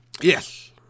Yes